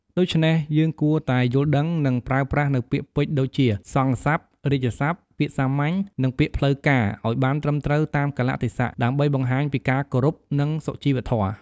ដូច្នេះ យើងគួរតែយល់ដឹង និងប្រើប្រាស់នូវពាក្យពេចន៍ដូចជា សង្ឃស័ព្ទ រាជស័ព្ទ ពាក្យសាមញ្ញ និងពាក្យផ្លូវការ ឲ្យបានត្រឹមត្រូវតាមកាលៈទេសៈ ដើម្បីបង្ហាញពីការគោរព និងសុជីវធម៌។